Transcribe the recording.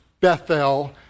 Bethel